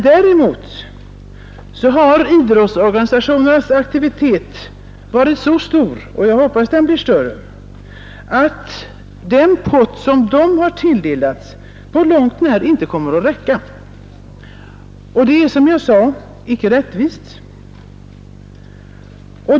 Däremot har idrottsorganisationernas aktivitet varit så stor — och jag hoppas den blir större — att deras pott inte på långt när kommer att räcka. Det är som jag sade icke rättvist.